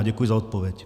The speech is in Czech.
Děkuji za odpověď.